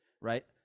right